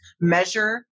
Measure